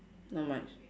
not much